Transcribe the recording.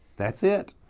that's it.